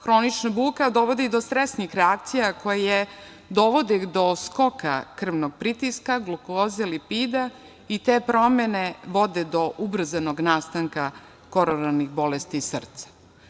Hronična buka dovodi do stresnih reakcija, koje dovode do skoka krvnog pritiska, glukoze i lipida, i te promene vode do ubrzanog nastanka koronarnih bolesti srca.